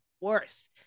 worse